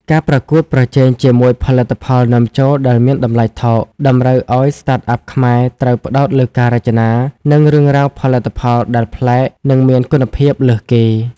ការប្រកួតប្រជែងជាមួយផលិតផលនាំចូលដែលមានតម្លៃថោក តម្រូវឱ្យ Startup ខ្មែរត្រូវផ្ដោតលើការរចនា និងរឿងរ៉ាវផលិតផលដែលប្លែក និងមានគុណភាពលើសគេ។